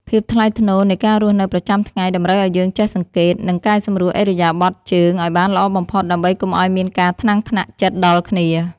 ភាពថ្លៃថ្នូរនៃការរស់នៅប្រចាំថ្ងៃតម្រូវឱ្យយើងចេះសង្កេត និង កែសម្រួលឥរិយាបថជើងឱ្យបានល្អបំផុតដើម្បីកុំឱ្យមានការថ្នាំងថ្នាក់ចិត្តដល់គ្នា។